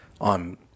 on